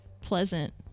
pleasant